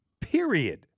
Period